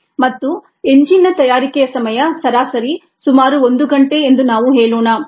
ಮತ್ತು ಎಂಜಿನ್ನ ತಯಾರಿಕೆಯ ಸಮಯ ಸರಾಸರಿಸುಮಾರು ಒಂದು ಗಂಟೆ ಎಂದು ನಾವು ಹೇಳೋಣ